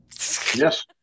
Yes